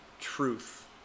truth